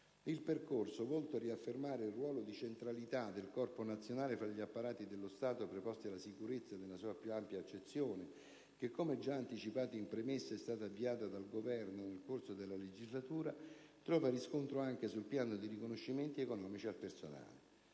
Il percorso, volto a riaffermare il ruolo di centralità del Corpo nazionale fra gli apparati dello Stato preposti alla sicurezza nella sua più ampia accezione - che, come già anticipato in premessa, è stato avviato dal Governo nel corso della legislatura - trova riscontro anche sul piano dei riconoscimenti economici al personale.